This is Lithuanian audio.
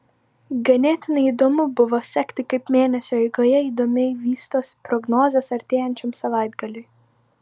ganėtinai įdomu buvo sekti kaip mėnesio eigoje įdomiai vystosi prognozės artėjančiam savaitgaliui